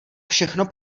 všechno